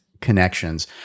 connections